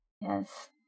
Yes